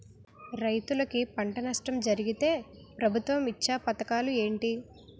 రైతులుకి పంట నష్టం జరిగితే ప్రభుత్వం ఇచ్చా పథకాలు ఏంటి?